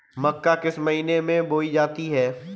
मक्का किस महीने में बोई जाती है?